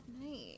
night